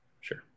sure